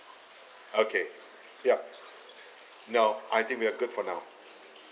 okay ya no I think we are good for now